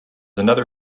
another